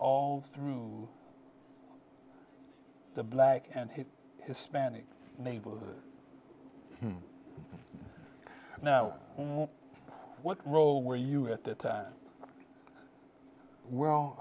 through the black and hispanic neighborhood now what role where you at that time